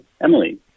Emily